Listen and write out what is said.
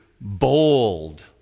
bold